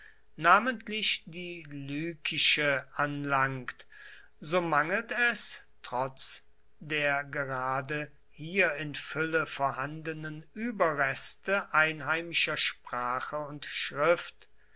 namentlich die lykische anlangt so mangelt es trotz der gerade hier in fülle vorhandenen überreste einheimischer sprache und schrift